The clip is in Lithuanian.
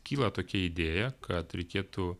kyla tokia idėja kad reikėtų